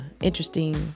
interesting